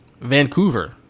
vancouver